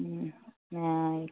ഉം ആയി